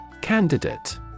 Candidate